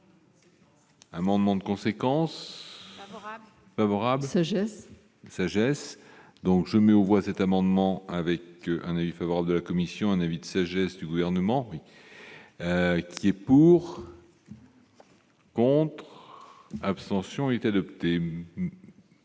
amendement de conséquence favorable sagesse sagesse donc je mets aux voix, cet amendement avait qu'un avis favorable de la commission, un avis de sagesse du gouvernement qui est. Pour compte. Abstention est adopté.